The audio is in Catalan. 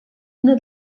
una